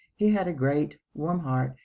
he had a great, warm heart,